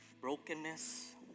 brokenness